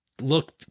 look